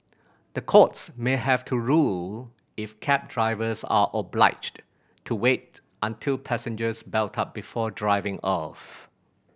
the courts may have to rule if cab drivers are obliged to wait until passengers belt up before driving off